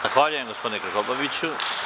Zahvaljujem, gospodine Krkobabiću.